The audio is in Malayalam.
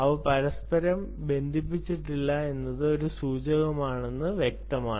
അവ പരസ്പരം ബന്ധിപ്പിച്ചിട്ടില്ലെന്നത് ഒരു സൂചകമാണെന്ന് വ്യക്തമാണ്